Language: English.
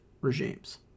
regimes